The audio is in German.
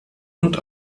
und